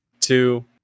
two